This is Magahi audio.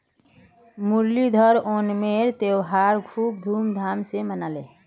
मुरलीधर ओणमेर त्योहार खूब धूमधाम स मनाले